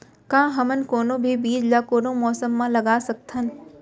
का हमन कोनो भी बीज ला कोनो मौसम म लगा सकथन?